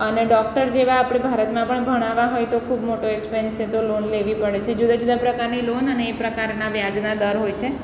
અને ડૉક્ટર જેવા આપણે ભારતમાં પણ ભણાવવા હોય તો ખૂબ મોટો એક્સપેન્સ છે તો લોન લેવી પડે છે જુદા જુદા પ્રકારની લોન અને એ પ્રકારના વ્યાજના દર હોય છે